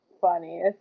funny